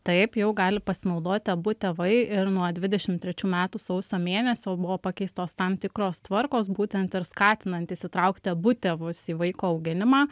taip jau gali pasinaudoti abu tėvai ir nuo dvidešimt trečių metų sausio mėnesio buvo pakeistos tam tikros tvarkos būtent ir skatinant įsitraukti abu tėvus į vaiko auginimą